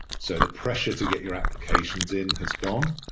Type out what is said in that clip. so the pressure to get your applications in has gone.